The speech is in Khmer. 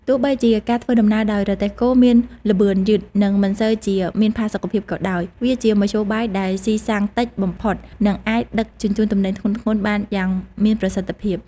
ទោះបីជាការធ្វើដំណើរដោយរទេះគោមានល្បឿនយឺត និងមិនសូវជាមានផាសុកភាពក៏ដោយ វាជាមធ្យោបាយដែលស៊ីសាំងតិចបំផុតនិងអាចដឹកជញ្ជូនទំនិញធ្ងន់ៗបានយ៉ាងមានប្រសិទ្ធភាព។